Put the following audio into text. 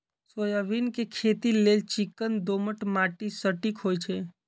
soybean के खेती लेल चिक्कन दोमट माटि सटिक होइ छइ